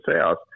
south